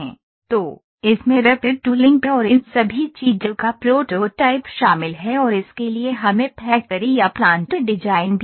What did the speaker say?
तो इसमें rapid tooling और इन सभी चीजों का प्रोटोटाइप शामिल है और इसके लिए हमें फैक्टरी या प्लांट डिजाइन भी चाहिए